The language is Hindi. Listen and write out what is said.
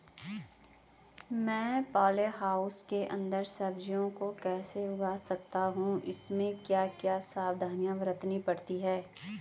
मैं पॉली हाउस के अन्दर सब्जियों को कैसे उगा सकता हूँ इसमें क्या क्या सावधानियाँ बरतनी पड़ती है?